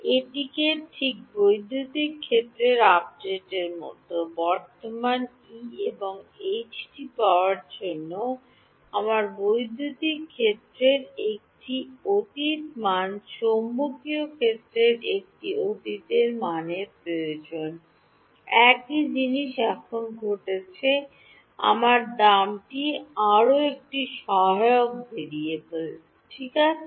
এটি ঠিক বৈদ্যুতিক ক্ষেত্রের আপডেটের মতো বর্তমান E এবং H টি পাওয়ার জন্য আমার বৈদ্যুতিক ক্ষেত্রের একটি অতীত মান চৌম্বকীয় ক্ষেত্রের একটি অতীতের মান প্রয়োজন একই জিনিস এখন ঘটছে আমার দামটি আরও একটি সহায়ক ভেরিয়েবল ঠিক আছে